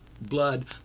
blood